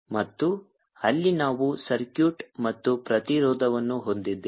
ಮತ್ತು ಅಲ್ಲಿ ನಾವು ಸರ್ಕ್ಯೂಟ್ ಮತ್ತು ಪ್ರತಿರೋಧವನ್ನು ಹೊಂದಿದ್ದೇವೆ